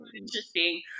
interesting